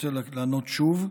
רוצה לענות שוב.